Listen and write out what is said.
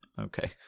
okay